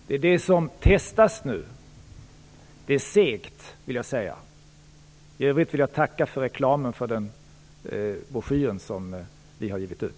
Herr talman! Det är det som testas nu. Det är segt, vill jag säga. För övrigt vill jag tacka för reklamen för den broschyr vi har givit ut.